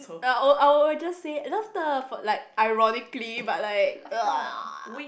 uh uh I will just say love ter for like ironically but like